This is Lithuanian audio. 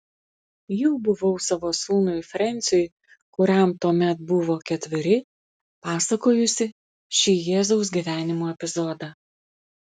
jau buvau savo sūnui frensiui kuriam tuomet buvo ketveri pasakojusi šį jėzaus gyvenimo epizodą